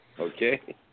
Okay